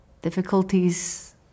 difficulties